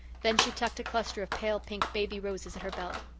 then she tucked a cluster of pale pink baby roses at her belt.